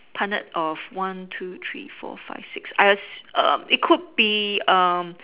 punnet of one two three four five six I ass~ um it could be um